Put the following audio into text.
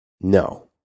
No